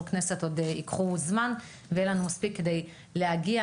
כנסת הם ייקחו זמן ויהיה לנו מספיק זמן כדי להגיע